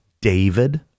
David